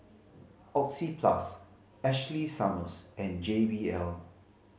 Oxyplus Ashley Summers and J B L